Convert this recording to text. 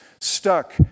stuck